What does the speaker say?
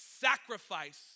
sacrifice